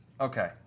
Okay